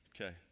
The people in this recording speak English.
Okay